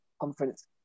conference